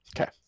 Okay